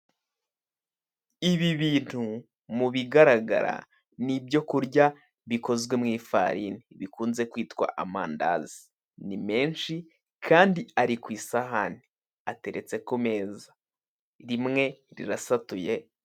Ibi bintu mu bigaragara ni ibyo kurya bikozwe mu ifarini. Bikunze kwitwa amandazi. Ni menshi, kandi ari ku isahani. Ateretse ku meza. Rimwe rirasatuye.